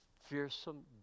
fearsome